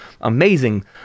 amazing